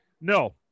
No